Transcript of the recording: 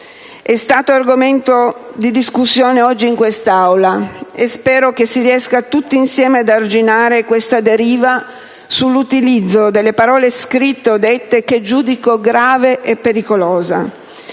È stato argomento di discussione oggi in quest'Aula, e spero che si riesca tutti insieme ad arginare questa deriva sull'utilizzo delle parole scritte o dette che giudico grave e pericolosa.